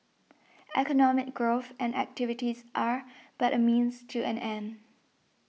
economic growth and activities are but a means to an end